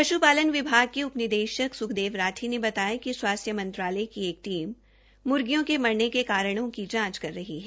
पश्पालन विभाग के उप निदेशक सुखदेव राठी ने बताया कि स्वास्थ्य मंत्रालय की एक टीम मुर्गियों के मरने के कारणों की जांच कर रही है